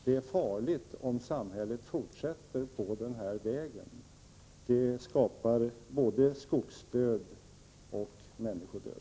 Det är farligt om samhället fortsätter på denna väg. Det skapar både skogsdöd och människodöd.